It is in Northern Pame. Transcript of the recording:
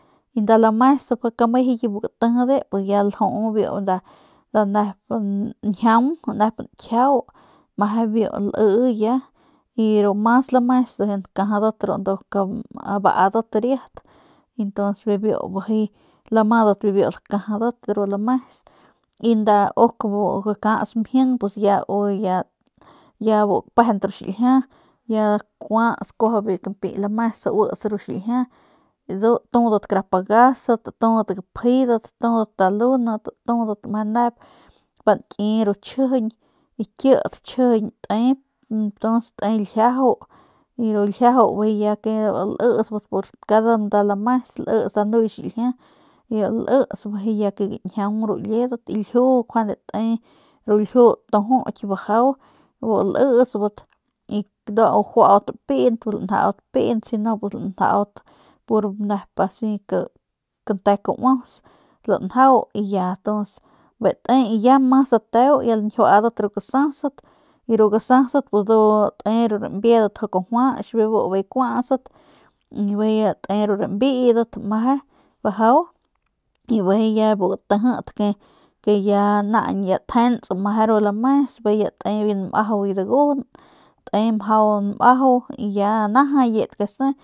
Y nda lames pik mejuye bu gatijide ya lju nda nep njiaung nep nkjiau meje biu lii ya y de ru mas lames ya nkajadat ru nduk abadat riat y ntuns lamadat bibiu lakajadat ru lames y ru kara uk bu gakas mjing pus ya u ya bu pejent ru xiljia ya kuats ru kampiey lames uits ru xiljia ndu tudat kara pagasat tudat gapjedat tudat talundat tudat meje nep pa nki ru tchjijiñ kit tchjijiñ te ljiaju y ru ljiaju bu lisbat cada nda lames lits nda nuye xiljia biu lits bijiy ke ya gañjiaung ru liedat lju njuande te ljiu tujuky bajau bu lisbat bu nau juaut piint pus lanjaut piint pus si nu pus lanjaut nep asi kante kauaus lanjau ya bijiy te y ya mas dateu ya lañjiuaadat ru gasasat y ru gasasat ndu te ru rambiedat mjau kajuach bebu bijiy kuatsat y bijiy ya te ru rambiidat meje bajau y bijiy ya bu gatijit ke naañ ya tjents meje ru lames bijiy ke ya te biu nmajau biu dagujun te mjau nmajau y ya najayit kese.